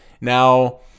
Now